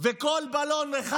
כל בלון אחד